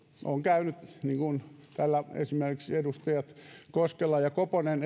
on käynyt niin niin kuin täällä esimerkiksi edustajat koskela ja koponen